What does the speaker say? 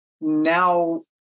now